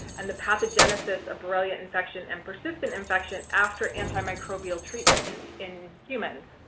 and the pathogenesis of borrelia infection and persistent infection after anti-microbial treatment in in humans.